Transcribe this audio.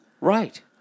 Right